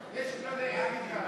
הכנסת אייכלר